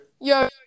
yo